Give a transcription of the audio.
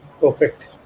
perfect